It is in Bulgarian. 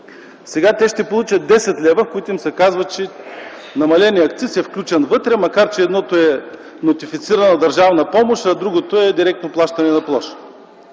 Сега те ще получат 10 лв. и им се казва, че намаленият акциз е включен вътре, макар че едното е нотифицирана държавна помощ, а другото е директно плащане на площ.